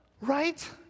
Right